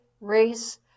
race